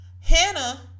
Hannah